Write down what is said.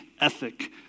ethic